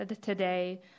today